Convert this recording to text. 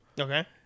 Okay